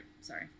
Sorry